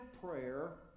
prayer